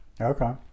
Okay